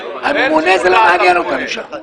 הממונה זה לא מעניין אותנו שם.